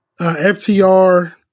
FTR